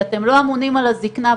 כי אתם לא אמונים על הזקנה,